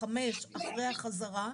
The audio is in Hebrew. חמש אחרי החזרה,